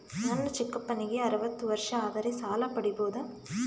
ನನ್ನ ಚಿಕ್ಕಪ್ಪನಿಗೆ ಅರವತ್ತು ವರ್ಷ ಆದರೆ ಸಾಲ ಪಡಿಬೋದ?